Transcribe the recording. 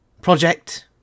project